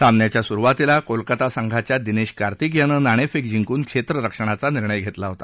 सामन्याच्या सुरुवातीला कोलकाता संघाच्या दिनेश कार्तिक यानं नाणेफेक जिंकून क्षेत्ररक्षणाचा निर्णय घेतला होता